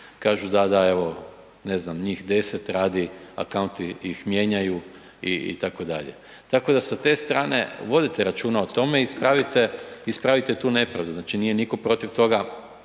kažu da, da, evo, ne znam, njih 10, accounti ih mijenjaju, itd. Tako da sa te strane, vodite računa o tome, ispravite tu nepravdu, znači nije nitko protiv toga